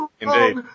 Indeed